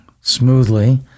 smoothly